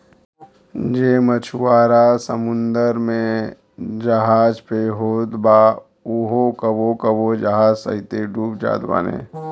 जे मछुआरा समुंदर में जहाज पे होत बा उहो कबो कबो जहाज सहिते डूब जात बाने